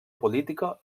política